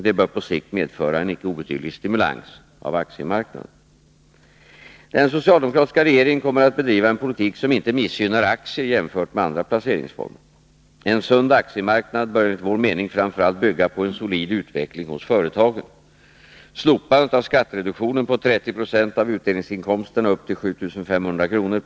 Det bör på sikt medföra en icke obetydlig stimulans av aktiemarknaden. Den socialdemokratiska regeringen kommer att bedriva en politik som inte missgynnar aktier jämfört med andra placeringsformer. En sund aktiemarknad bör enligt vår mening framför allt bygga på en solid utveckling hos företagen. Slopandet av skattereduktionen på 30 2 av utdelningsin komsterna upp till 7 500 kr.